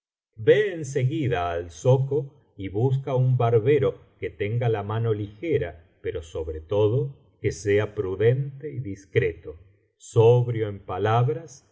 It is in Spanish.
en seguida al zoco y busca un barbero que tenga la mano ligera pero sobre todo que sea prudente y discreto sobrio en palabras